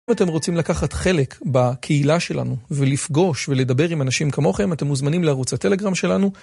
אם אתם רוצים לקחת חלק בקהילה שלנו ולפגוש ולדבר עם אנשים כמוכם אתם מוזמנים לערוץ הטלגרם שלנו